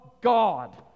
God